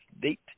date